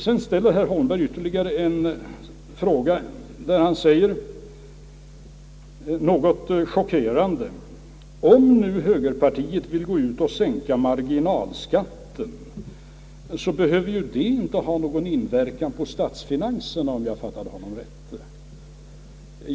Det var litet chockerande då herr Holmberg sade att om nu högerpartiet vill sänka marginalskatten så behöver detta inte ha några verkningar på statsfinanserna, om jag fattade honom rält.